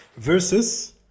Versus